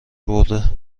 برده